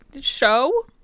Show